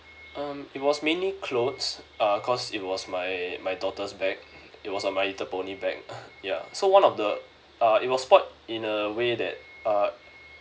um it was mainly clothes uh cause it was my my daughter's bag it was a my little pony bag ya so one of the uh it was spoilt in a way that uh